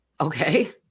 Okay